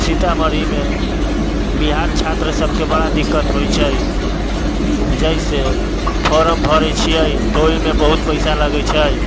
सीतामढ़ीमे बिहार छात्र सबके बड़ा दिक्कत होइ छै जैसे फॉर्म भरै छियै तऽ ओहिमे बहुत पैसा लगै छै